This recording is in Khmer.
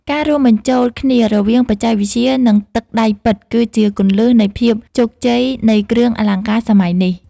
ការរួមបញ្ចូលគ្នារវាងបច្ចេកវិទ្យា និងទឹកដៃពិត គឺជាគន្លឹះនៃភាពជោគជ័យនៃគ្រឿងអលង្ការសម័យនេះ។